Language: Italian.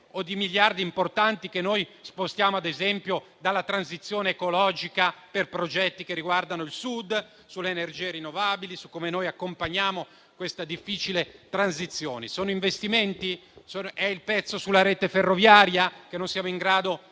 o di miliardi importanti, che noi spostiamo, ad esempio, dalla transizione ecologica per progetti che riguardano il Sud, sulle energie rinnovabili e su come noi accompagniamo questa difficile transizione? Sono investimenti? È il pezzo sulla rete ferroviaria? Non siamo in grado di